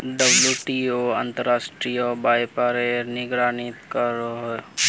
WTO अंतर्राश्त्रिये व्यापारेर निगरानी करोहो